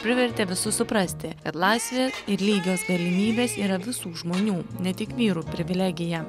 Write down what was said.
privertė visus suprasti kad laisvė ir lygios galimybės yra visų žmonių ne tik vyrų privilegija